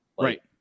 Right